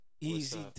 easy